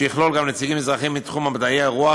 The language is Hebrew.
שיכלול גם נציגים מזרחים מתחום מדעי הרוח,